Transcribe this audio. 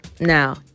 now